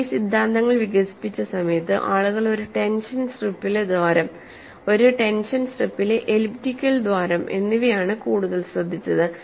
ഈ സിദ്ധാന്തങ്ങൾ വികസിപ്പിച്ച സമയത്ത് ആളുകൾ ഒരു ടെൻഷൻ സ്ട്രിപ്പിലെ ദ്വാരം ഒരു ടെൻഷൻ സ്ട്രിപ്പിലെ എലിപ്റ്റിക്കൽ ദ്വാരം എന്നിവയാണ് കൂടുതൽ ശ്രദ്ധിച്ചത്